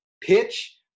pitch